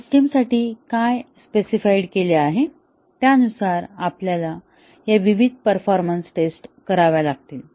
सिस्टीमसाठी काय स्पेसिफाइड केले आहे त्यानुसार आपल्याला या विविध परफॉर्मन्स टेस्ट्स कराव्या लागतील